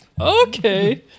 okay